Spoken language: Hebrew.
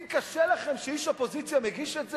אם קשה לכם שאיש אופוזיציה מגיש את זה,